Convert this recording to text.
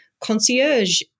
concierge